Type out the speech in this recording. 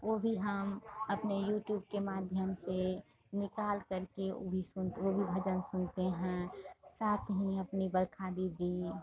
वो भी हम अपने यूट्यूब के माध्यम से निकालकर के ऊ भी सुनते वो भी भजन सुनते हैं साथ ही अपनी बरखा दीदी